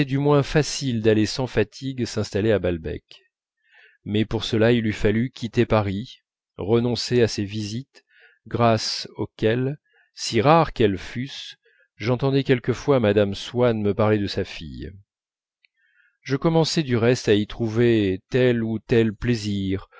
moins facile d'aller sans fatigue s'installer à balbec mais pour cela il eût fallu quitter paris renoncer à ces visites grâce auxquelles si rares qu'elles fussent j'entendais quelquefois mme swann me parler de sa fille je commençais du reste à y trouver tel ou tel plaisir